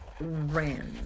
ran